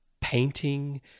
painting